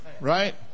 right